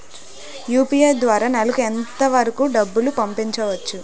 UPI ద్వారా నెలకు ఎంత వరకూ డబ్బులు పంపించవచ్చు?